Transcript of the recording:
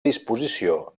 disposició